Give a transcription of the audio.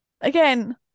Again